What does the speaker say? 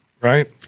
right